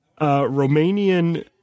Romanian